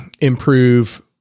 improve